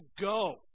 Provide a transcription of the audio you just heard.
go